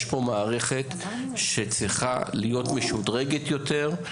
יש פה מערכת שצריכה להיות משודרגת יותר,